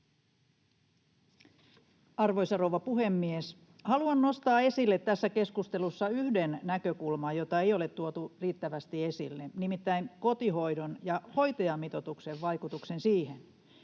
Arvoisa rouva puhemies! Haluan nostaa esille tässä keskustelussa yhden näkökulman, jota ei ole tuotu riittävästi esille, nimittäin kotihoidon ja hoitajamitoituksen vaikutuksen siihen.